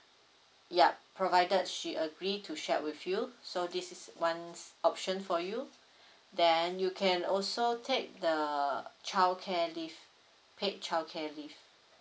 yup provided she agree to shared with you so this is ones option for you then you can also take the childcare leave paid childcare leave